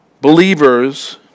believers